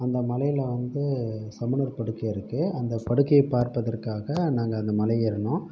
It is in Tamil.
அந்த மலையில் வந்து சமணர் படுக்கை இருக்குது அந்த படுக்கையை பார்ப்பதற்காக நாங்கள் அந்த மலை ஏறினோம்